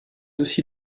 aussi